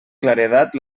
claredat